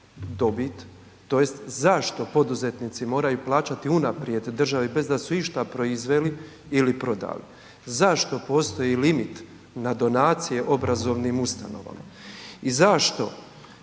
tj. zašto poduzetnici moraju plaćati unaprijed državi bez da su išta proizveli ili prodali? Zašto postoji limit na donacije obrazovnim ustanovama? I zašto